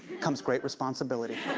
comes great responsibility.